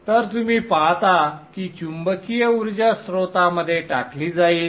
तर तुम्ही पाहता की चुंबकीय ऊर्जा स्त्रोतामध्ये टाकली जाईल